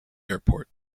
airport